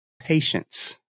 patience